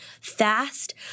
fast